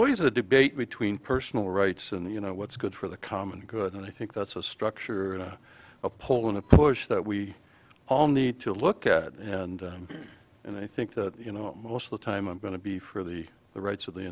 always a debate between personal rights and the you know what's good for the common good and i think that's a structure and a poll and a push that we all need to look at and and i think that you know most of the time i'm going to be for the rights of the